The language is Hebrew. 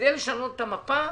כדי לשנות את המפה,